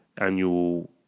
annual